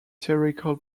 theoretical